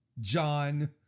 John